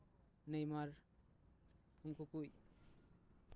Neymar ᱩᱱᱠᱩ ᱠᱚ